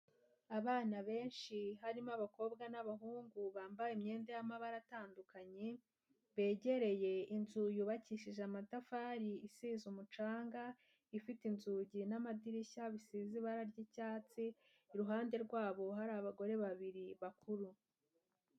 Abana benshi harimo abakobwa n'abahungu bambaye imyenda y'amabara atandukanye, begereye inzu yubakishije amatafari isize umucanga, ifite inzugi n'amadirishya bisize ibara ry'icyatsi, iruhande rwabo hari abagore babiri bakuru.